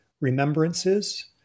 remembrances